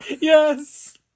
Yes